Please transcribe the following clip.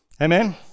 Amen